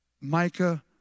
Micah